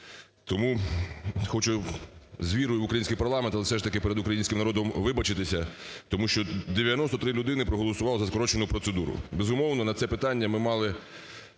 Тому хочу з вірою в український парламент, але все ж таки перед українським народом вибачитися. Тому що 93 людини проголосували за скорочену процедуру. Безумовно, на це питання ми мали,